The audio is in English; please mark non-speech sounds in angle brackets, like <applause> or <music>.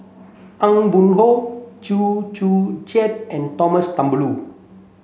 Aw Boon Haw Chew Joo Chiat and <unintelligible> Thumboo